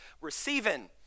receiving